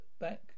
back